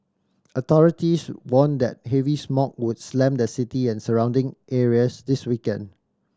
authorities warned that heavy smog would slam the city and surrounding areas this weekend